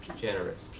generous.